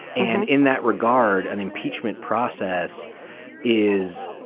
and in that regard, an impeachment process is,